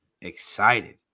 excited